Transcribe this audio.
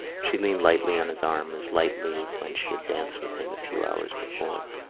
she leaned lightly on his arm, as lightly as when she had danced with him a few hours before.